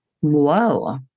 Whoa